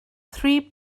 three